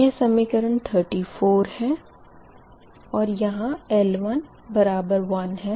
यह समीकरण 34 है और यहाँ L11 है